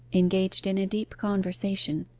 engaged in a deep conversation,